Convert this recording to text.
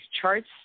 charts